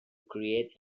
create